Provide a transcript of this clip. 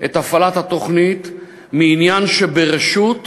את הפעלת התוכנית מעניין שברשות לחובה,